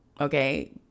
Okay